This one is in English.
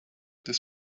this